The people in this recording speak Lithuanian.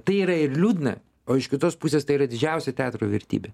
tai yra ir liūdna o iš kitos pusės tai yra didžiausia teatro vertybė